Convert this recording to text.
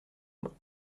main